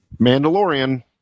Mandalorian